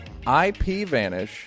IPVanish